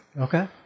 Okay